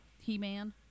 He-Man